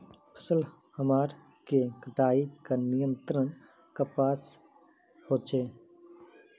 फसल हमार के कटाई का नियंत्रण कपास होचे?